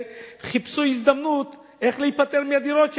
חיפשו הזדמנות איך להיפטר מהדירות שלהם.